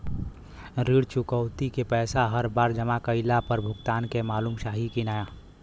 ऋण चुकौती के पैसा हर बार जमा कईला पर भुगतान के मालूम चाही की ना?